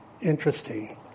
Interesting